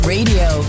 Radio